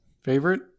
favorite